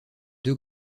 deux